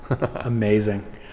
amazing